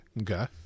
Okay